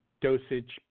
dosage